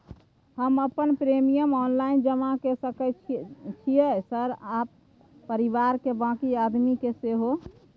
हम अपन premium online जमा के सके छियै सर आ परिवार के बाँकी आदमी के सेहो?